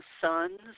sons